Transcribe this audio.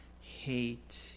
hate